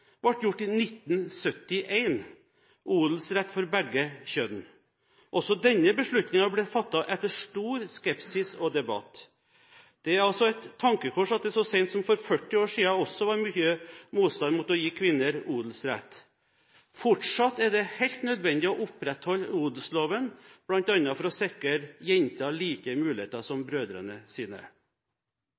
ble gjort i 1974 – odelsrett for begge kjønn. Også denne beslutningen ble fattet etter stor skepsis og debatt. Det er også et tankekors at det så sent som for 40 år siden også var mye motstand mot å gi kvinner odelsrett. Fortsatt er det helt nødvendig å opprettholde odelsloven, bl.a. for å sikre jenter like muligheter som brødrene sine.